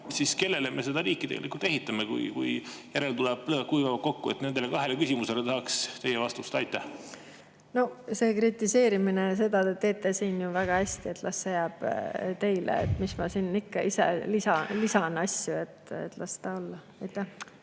siis kellele me seda riiki tegelikult ehitame, kui järeltulev põlv kuivab kokku? Nendele kahele küsimusele tahaks teie vastust. No see kritiseerimine, seda te teete siin ju väga hästi. Las see jääb teile, mis ma siin ikka ise lisan. Las ta olla. Martin